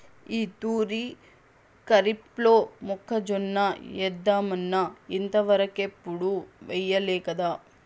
ఈ తూరి కరీఫ్లో మొక్కజొన్న ఏద్దామన్నా ఇంతవరకెప్పుడూ ఎయ్యలేకదా